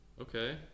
Okay